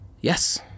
Yes